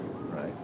right